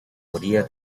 orillas